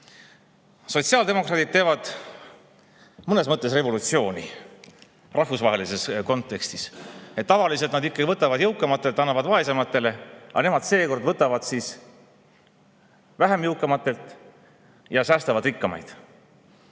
Sotsiaaldemokraadid teevad mõnes mõttes revolutsiooni rahvusvahelises kontekstis. Tavaliselt nad ikkagi võtavad jõukamatelt ja annavad vaesematele, aga seekord nad võtavad vähem jõukatelt ja säästavad rikkamaid.